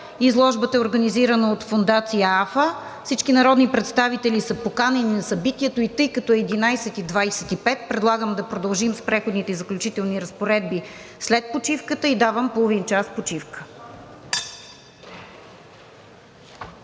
Изложбата е организирана от фондация „АФА“. Всички народни представители са поканени на събитието. Тъй като е 11,25 ч., предлагам да продължим с Преходните и заключителните разпоредби след почивката. Давам половин час почивка.